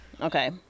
Okay